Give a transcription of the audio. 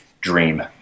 dream